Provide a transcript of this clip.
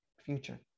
future